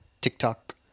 TikTok